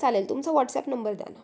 चालेल तुमचा WhatsApp number द्या ना